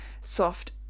soft